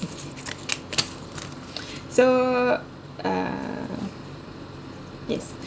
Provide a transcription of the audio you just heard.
so uh yes